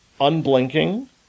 unblinking